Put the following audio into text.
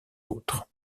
autres